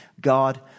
God